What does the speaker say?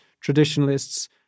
traditionalists